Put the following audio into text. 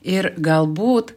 ir galbūt